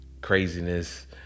craziness